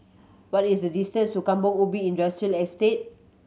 what is the distance to Kampong Ubi Industrial Estate